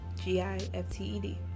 g-i-f-t-e-d